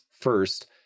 First